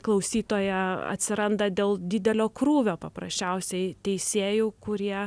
klausytoja atsiranda dėl didelio krūvio paprasčiausiai teisėjų kurie